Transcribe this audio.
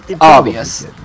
obvious